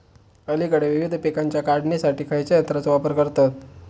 अलीकडे विविध पीकांच्या काढणीसाठी खयाच्या यंत्राचो वापर करतत?